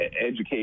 education